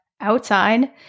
outside